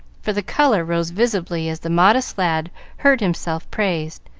for the color rose visibly as the modest lad heard himself praised,